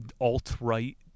alt-right